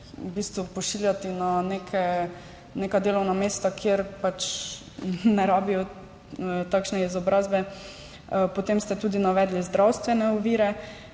pošiljati na neka delovna mesta, kjer ne rabijo takšne izobrazbe. Potem ste navedli tudi zdravstvene ovire.